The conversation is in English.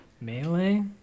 Melee